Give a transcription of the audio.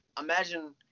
imagine